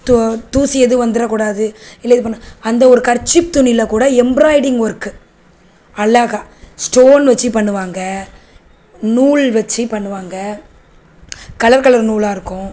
தூ தூசி எதுவும் வந்துரக்கூடாது இதில் இது பண்ண அந்த ஒரு கர்ச்சிப் துணியில கூட எம்ப்ராய்டிங் வொர்க்கு அழகா ஸ்டோன் வச்சி பண்ணுவாங்க நூல் வச்சி பண்ணுவாங்க கலர் கலர் நூலாக இருக்கும்